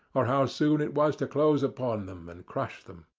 or how soon it was to close upon them and crush them.